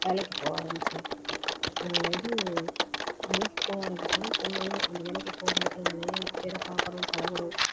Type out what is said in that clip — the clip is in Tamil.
வேலைக்கு போக ஆரம்பித்தேன் இது வேலைக்கு போக ஆரம்பித்ததும் போனாலும் அந்த வேலைக்கு போகிற இடத்துல நிறையா பேரை பார்க்குறோம் பழகுறோம்